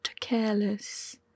careless